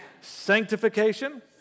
sanctification